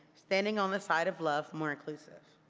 standing on the side of love, more inclusive.